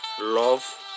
love